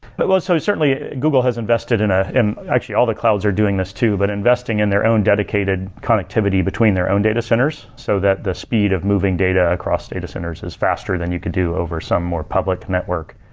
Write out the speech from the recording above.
but so certainly, google has invested in ah in actually all the clouds are doing this too, but investing in their own dedicated connectivity between their own data centers, so that the speed of moving data across data centers is faster than you could do over some more public network.